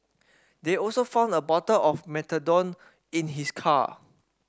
they also found a bottle of methadone in his car